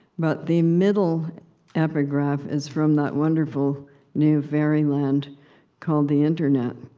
but the middle epigraph is from that wonderful new fairyland called the internet.